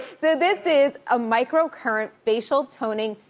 so this is a micro-current facial toning,